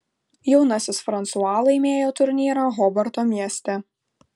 jaunasis fransua laimėjo turnyrą hobarto mieste